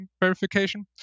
verification